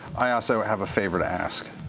i also have a favor to ask.